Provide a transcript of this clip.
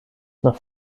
nach